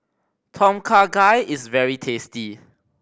Tom Kha Gai is very tasty